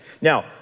Now